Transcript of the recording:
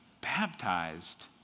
baptized